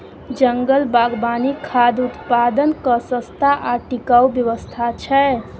जंगल बागवानी खाद्य उत्पादनक सस्ता आ टिकाऊ व्यवस्था छै